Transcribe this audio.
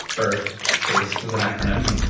earth base is an acronym.